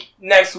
next